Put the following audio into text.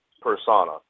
persona